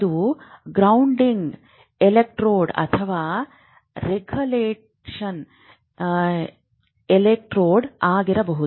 ಅದು grounding electrode ಅಥವಾ reference electrode ಆಗಿರಬಹುದು